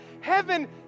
heaven